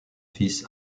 fils